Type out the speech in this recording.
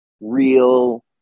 real